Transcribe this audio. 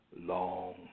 long